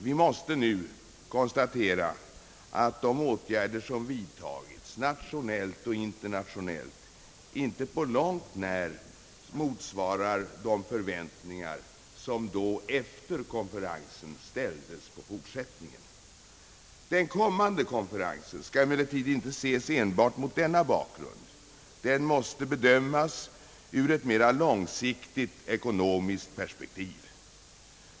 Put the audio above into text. Vi måste nu konstatera att de åtgärder som vidtagits nationellt och internationellt inte på långt när motsvarar de förväntningar som efter konferensen ställdes på fortsättningen. Den kommande konferensen skall emellertid inte ses enbart mot denna bakgrund. Den måste bedömas ur ett mera långsiktigt ekonomiskt perspektiv.